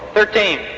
thirteen.